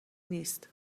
نیست